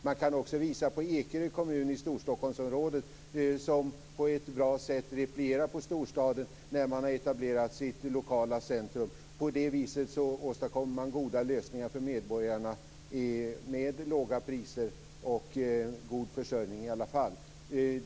Jag kan också visa på Ekerö kommun i Storstockholmsområdet, som på ett bra sätt replierat på storstaden när man etablerat sitt lokala centrum. På det viset åstadkommer man goda lösningar för medborgarna med låga priser och god försörjning i alla fall.